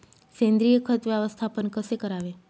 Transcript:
सेंद्रिय खत व्यवस्थापन कसे करावे?